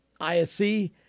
ISC